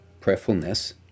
prayerfulness